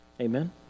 Amen